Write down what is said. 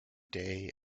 day